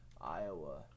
Iowa